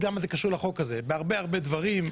למה זה קשור לחוק הזה בהרבה הרבה דברים.